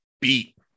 beat